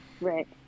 Right